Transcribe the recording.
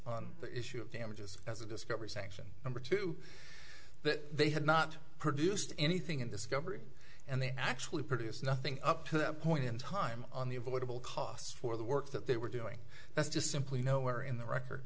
on the issue of damages as a discovery sanction number two that they had not produced anything in discovery and they actually produced nothing up to that point in time on the avoidable costs for the work that they were doing that's just simply nowhere in the record